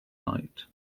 night